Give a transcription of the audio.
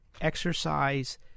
exercise –